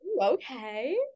okay